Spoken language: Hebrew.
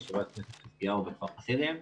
בישיבת כנסת חזקיהו בכפר חסידים.